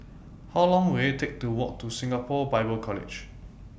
How Long Will IT Take to Walk to Singapore Bible College